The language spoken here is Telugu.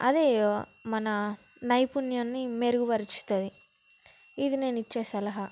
అదె మన నైపుణ్యాన్ని మెరుగుపరుస్తుంది ఇది నేను ఇచ్చే సలహా